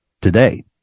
today